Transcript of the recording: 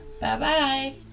Bye-bye